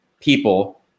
people